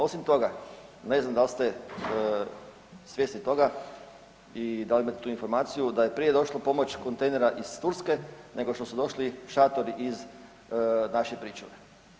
Osim toga, ne znam da li ste svjesni toga i da li imate tu informaciju da je prije došla pomoć kontejnera iz Turske nego što su došli šatori iz naše pričuve.